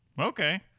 okay